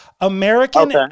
American